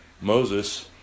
Moses